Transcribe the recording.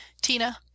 Tina